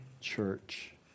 church